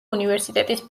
უნივერსიტეტის